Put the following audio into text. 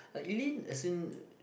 like Eileen as in